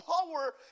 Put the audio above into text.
power